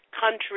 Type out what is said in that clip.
country